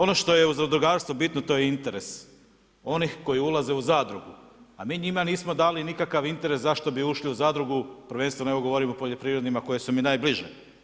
Ono što je u zadrugarstvu bitno to je interes onih koji ulaze u zadrugu, a mi njima nismo dali nikakav interes zašto bi ušli u zadrugu prvenstveno evo govorim o poljoprivrednima koje su mi najbliže.